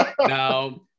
Now